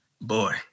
boy